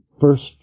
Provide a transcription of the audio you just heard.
first